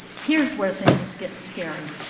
here's where things get scary.